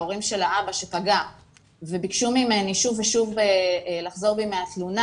ההורים של האבא שפגע וביקשו ממני שוב ושוב לחזור בי מהתלונה